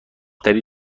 تری